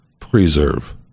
Preserve